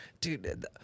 dude